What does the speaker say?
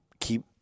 Keep